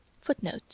Footnote